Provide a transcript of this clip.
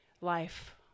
life